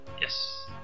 Yes